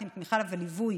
נותנים תמיכה וליווי